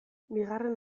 bigarren